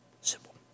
simple